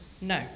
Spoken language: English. No